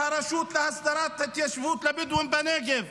שהרשות להסדרת ההתיישבות לבדואים בנגב,